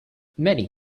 many